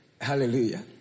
Hallelujah